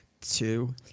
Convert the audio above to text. two